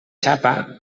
xapa